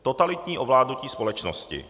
Totalitní ovládnutí společnosti.